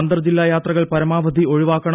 അന്തർ ജില്ലാ യാത്രകൾ പരമാവധി ഒഴിവാക്കണം